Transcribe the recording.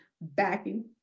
backing